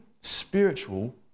spiritual